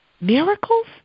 Miracles